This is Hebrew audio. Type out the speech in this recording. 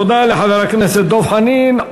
תודה לחבר הכנסת דב חנין.